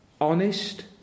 honest